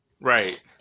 right